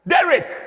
Derek